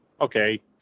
okay